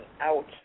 out